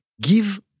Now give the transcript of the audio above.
give